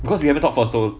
because we have a talk for so